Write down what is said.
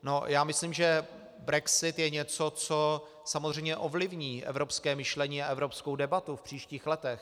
No, já myslím, že brexit je něco, co samozřejmě ovlivní evropské myšlení a evropskou debatu v příštích letech.